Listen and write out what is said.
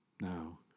Now